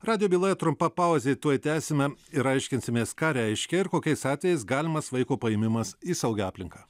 radijo byloje trumpa pauzė tuoj tęsime ir aiškinsimės ką reiškia ir kokiais atvejais galimas vaiko paėmimas į saugią aplinką